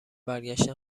برگشتن